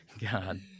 God